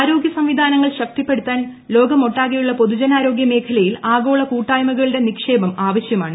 ആരോഗ്യ സംവിധാനങ്ങൾ ശക്തിപ്പെടുത്താൻ ലോകമൊട്ടാകെയുള്ള പൊതുജനാരോഗൃ മേഖലയിൽ ആഗോള കൂട്ടായ്മകളുടെ നിക്ഷേപം ആവശ്യമാണ്